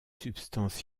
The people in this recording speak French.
substances